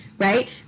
Right